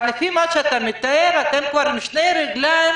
אבל לפי מה שאתה מתאר אתם כבר עם שתי רגליים